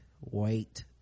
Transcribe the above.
wait